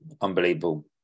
unbelievable